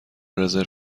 رزرو